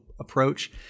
approach